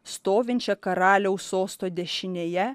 stovinčią karaliaus sosto dešinėje